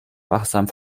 wachsamen